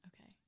Okay